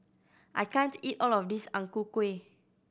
I can't eat all of this Ang Ku Kueh